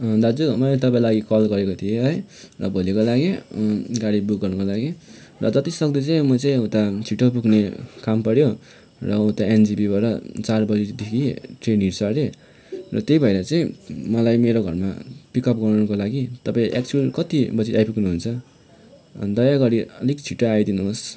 दाजु मैले तपाईँलाई कल गरेको थिएँ है भोलिको लागि गाडी बुक गर्नुको लागि र जतिसक्दो चाहिँ म चाहिँ उता छिट्टो पुग्ने काम पर्यो र उता एनजेपीबाट चार बजीदेखि ट्रेन हिँड्छ हरे र त्यही भएर चाहिँ मलाई मेरो घरमा पिकअप गर्नुको लागि तपाईँ एक्चुअल कति बजी आइपुग्नु हुन्छ दया गरी अलिक छिट्टो आइदिनु होस्